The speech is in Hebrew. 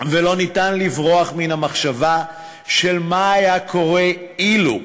ולא ניתן לברוח מן המחשבה של "מה היה קורה אילו":